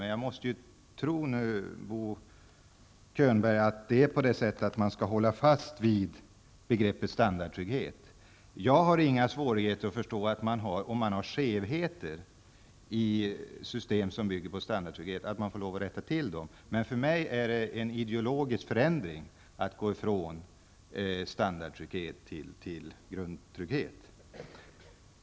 Men jag måste ju nu tro på Bo Könberg när han säger att man skall hålla fast vid begreppet standardtrygghet. Om man har skevheter i ett system som bygger på standardtrygghet har jag inga svårigheter att förstå att man får lov att rätta till dem, men för mig är det en ideologisk förändring att gå från standardtrygghet till grundtrygghet.